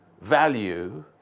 value